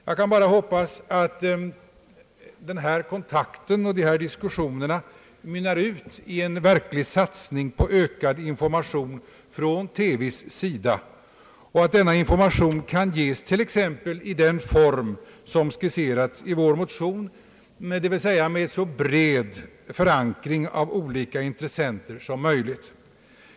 Jag kan bara hoppas att denna kontakt och dessa diskussioner mynnar ut i en verklig satsning på ökad information från TV:s sida och att denna kan ges t.ex. i den form som skisserats i vår motion, dvs. med så bred förankring av olika intressenter som möjligt.